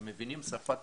הם מבינים שפה טכנולוגית,